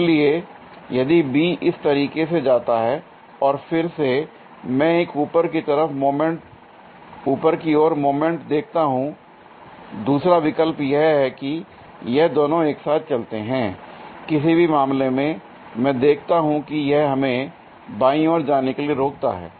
इसलिए यदि B इस तरीके से जाता है और फिर से मैं एक ऊपर की ओर मोमेंट देखता हूं l दूसरा विकल्प यह है कि यह दोनों एक साथ चलते हैं l किसी भी मामले में मैं देखता हूं कि यह हमें बाईं ओर जाने के लिए रोकता है